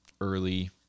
early